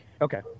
Okay